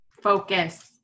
Focus